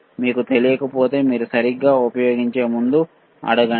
మీకు తెలియకపోతే మీరు సరిగ్గా ఉపయోగించే ముందు అడగండి